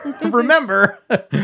remember